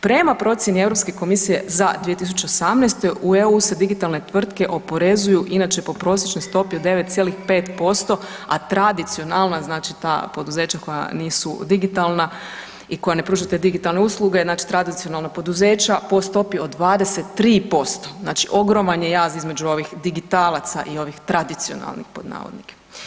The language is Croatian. Prema procijeni Europske komisije za 2018. u EU se digitalne tvrtke oporezuju inače po prosječnoj stopi od 9,5%, a tradicionalna, znači ta poduzeća koja nisu digitalna i koja ne pružaju te digitalne usluge, znači tradicionalna poduzeća, po stopi od 23%, znači ogroman je jaz između ovih digitalaca i ovih tradicionalnih pod navodnike.